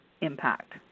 impact